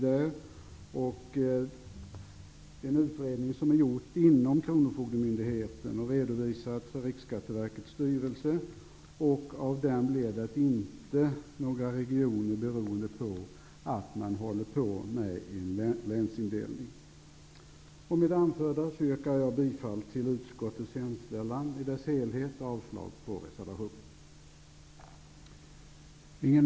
Den utredning som är gjord inom kronofogdemyndigheterna och som är redovisad för Riksskatteverkets styrelse gav inte upphov till någon regionindelning, beroende på att man håller på med en utredning om länsindelningen.